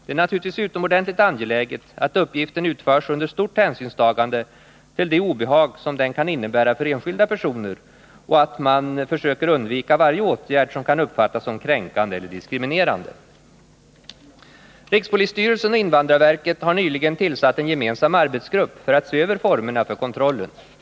Det är naturligtvis utomordentligt angeläget att uppgiften utförs under stort hänsynstagande till 'det obehag som den kan innebära för enskilda personer och att man försöker undvika varje åtgärd som kan uppfattas som kränkande eller diskriminerande. Rikspolisstyrelsen och invandrarverket har nyligen tillsatt en gemensam arbetsgrupp för att se över formerna för kontrollen.